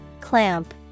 Clamp